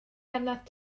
arnat